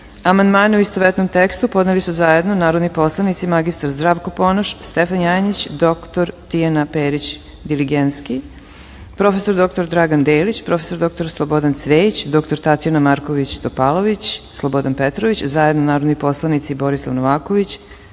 amandmane u istovetnom tekstu podneli su zajedno narodni poslanici mr Zdravko Ponoš, Stefan Janjić, dr Tijana Perić Diligenski, prof. dr Dragan Delić, prof. dr Slobodan Cvejić, dr Tatjana Marković Topalović, Slobodan Petrović, zajedno narodni poslanici Borislav Novaković,